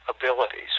abilities